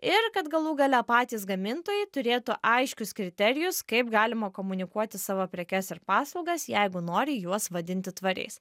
ir kad galų gale patys gamintojai turėtų aiškius kriterijus kaip galima komunikuoti savo prekes ir paslaugas jeigu nori juos vadinti tvariais